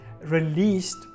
released